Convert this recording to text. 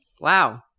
Wow